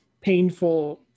painful